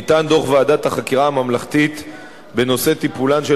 ניתן דוח ועדת החקירה הממלכתית בנושא טיפולן של